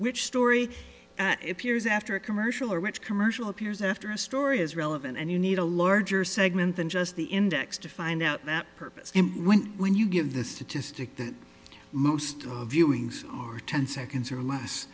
which story appears after a commercial or which commercial appears after a story is relevant and you need a larger segment than just the index to find out that purpose when you give the statistic that most of viewing are ten seconds or less